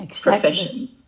profession